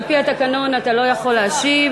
על-פי התקנון אתה לא יכול להשיב.